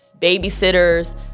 babysitters